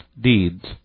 deeds